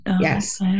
yes